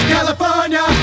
California